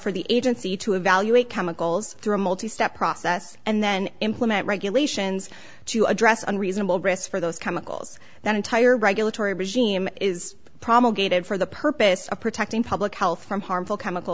for the agency to evaluate chemicals through a multi step process and then implement regulations to address on reasonable risk for those chemicals that entire regulatory regime is promulgated for the purpose of protecting public health from harmful chemical